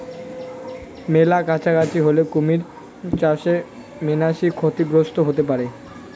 মেলা কাছাকাছি হলে কুমির চাষে মানাসি ক্ষতিগ্রস্ত হতে পারে